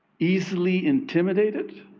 easily intimidated,